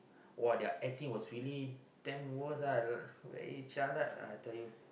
!wah! their acting was really dam worst aah jialat ah I tell you